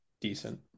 Decent